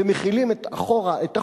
ומחילים אחורה את החוק,